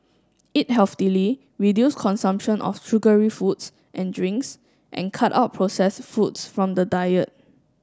eat healthily reduce consumption of sugary foods and drinks and cut out processed foods from the diet